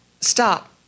stop